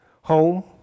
home